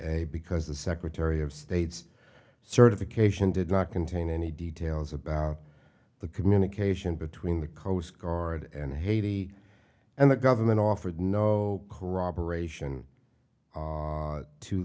a because the secretary of state's certification did not contain any details about the communication between the coast guard and haiti and the government offered no corroboration